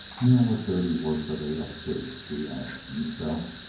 now what dirty work are they up to? he asked himself.